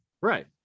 Right